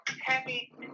happy